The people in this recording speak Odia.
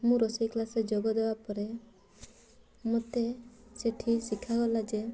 ମୁଁ ରୋଷେଇ କ୍ଲାସ୍ରେ ଯୋଗ ଦେବା ପରେ ମୋତେ ସେଠି ଶିଖାଗଲା ଯେ